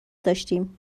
داشتیم